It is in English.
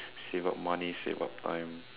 save up money save up time